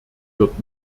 wird